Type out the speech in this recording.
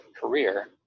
career